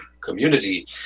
community